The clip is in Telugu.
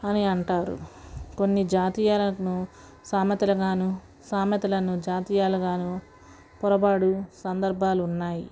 అని అంటారు కొన్ని జాతీయాలను సామెతలుగాను సామెతలను జాతీయాలుగాను పోరపడు సందర్భాలు ఉన్నాయి